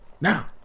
now